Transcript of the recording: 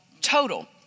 Total